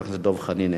חבר הכנסת דב חנין,